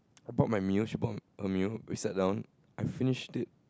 I bought my meal she bought her meal we sat down I finished it